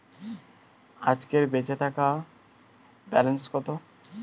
আজকের বেচে থাকা ব্যালেন্স কত?